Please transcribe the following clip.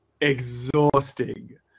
exhausting